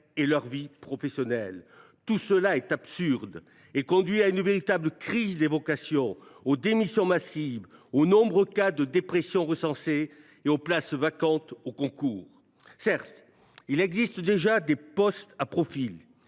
et leur vie professionnelle. Tout cela est absurde et conduit à une véritable crise des vocations, aux démissions massives, aux nombreux cas de dépression recensés et aux places vacantes aux concours. Certes, il existe déjà des postes à profil,